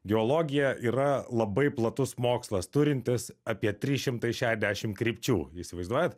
geologija yra labai platus mokslas turintis apie trys šimtai šešdešim krypčių įsivaizduojat